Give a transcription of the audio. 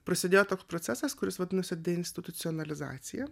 prasidėjo toks procesas kuris vadinosi deinstitucionalizacija